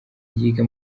yiga